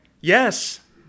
Yes